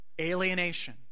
alienation